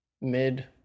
mid